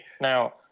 now